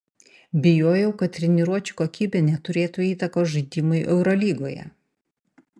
bijojau kad treniruočių kokybė neturėtų įtakos žaidimui eurolygoje